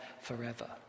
forever